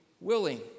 willing